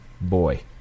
boy